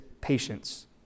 patience